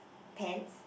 pants